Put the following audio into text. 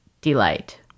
delight